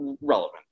relevant